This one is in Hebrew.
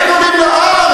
אתם עולים להר?